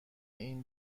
این